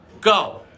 Go